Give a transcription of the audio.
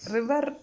River